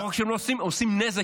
לא רק שהם לא עושים, הם עושים נזק.